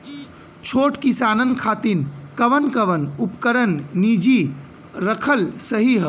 छोट किसानन खातिन कवन कवन उपकरण निजी रखल सही ह?